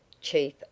chief